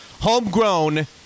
homegrown